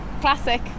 classic